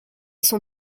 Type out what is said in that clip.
son